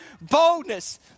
boldness